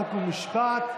חוק ומשפט.